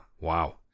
wow